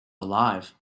alive